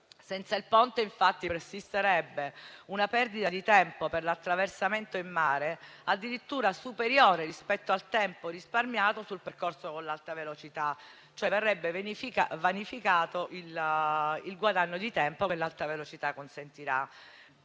Senza il Ponte, infatti, persisterebbe una perdita di tempo per l'attraversamento in mare addirittura superiore rispetto al tempo risparmiato sul percorso con l'alta velocità; verrebbe cioè vanificato il guadagno di tempo che l'alta velocità consentirà.